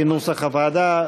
כנוסח הוועדה,